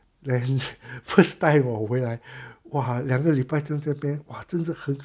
then first time 我回来 !wah! 两个礼拜在这边哇真是很